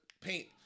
paint